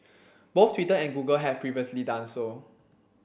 both Twitter and Google have previously done so